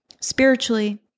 spiritually